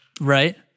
Right